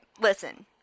Listen